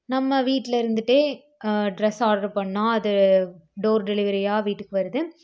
நம்ம வீட்டில் இருந்துகிட்டே டிரெஸ் ஆர்ட்ரு பண்ணால் அது டோர் டெலிவரியாக வீட்டுக்கு வருது